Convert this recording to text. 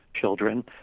children